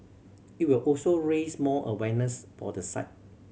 it will also raise more awareness for the site